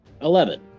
Eleven